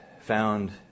found